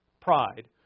pride